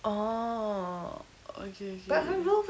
orh ookay ookay ookay